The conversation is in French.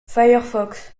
firefox